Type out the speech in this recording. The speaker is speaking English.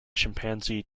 chimpanzee